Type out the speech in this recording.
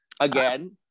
again